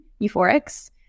Euphorics